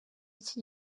iki